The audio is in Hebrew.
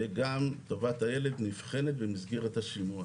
וגם טובת הילד נבחנת במסגרת השימוע.